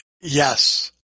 Yes